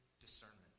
discernment